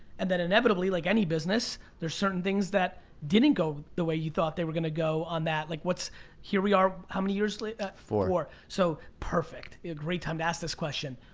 and then inevitably like any business, there's certain things that didn't go the way you thought they were gonna go on that. like here we are how many years later? four. so perfect, a great time to ask this question.